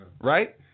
right